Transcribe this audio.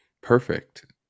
perfect